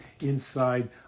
inside